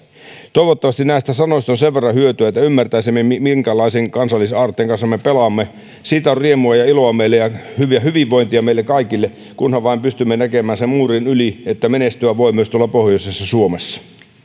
toivottavasti näistä sanoista on sen verran hyötyä että ymmärtäisimme minkälaisen kansallisaarteen kanssa me pelaamme siitä on riemua ja iloa ja hyvinvointia meille kaikille kunhan vain pystymme näkemään sen muurin yli että menestyä voi myös tuolla pohjoisessa suomessa